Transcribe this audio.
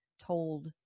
told